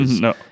No